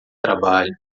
trabalho